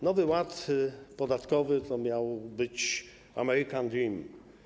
Nowy ład podatkowy to miał być American dream.